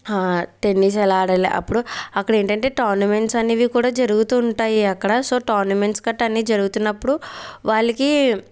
tennis ఎలా ఆడాలి అప్పుడు అక్కడ ఏంటంటే టోర్నమెంట్స్ అనేవి కూడా జరుగుతూ ఉంటాయి అక్కడ సో టోర్నమెంట్స్ గట్ట అన్ని జరుగుతునప్పుడు వాళ్ళకీ